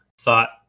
thought